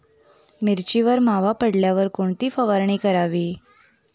मिरचीवर मावा पडल्यावर कोणती फवारणी करावी?